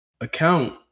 account